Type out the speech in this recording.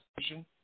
station